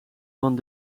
van